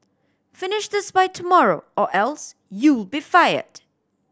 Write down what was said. finish this by tomorrow or else you'll be fired